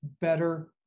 better